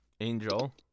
Angel